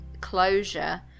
closure